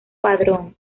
padrón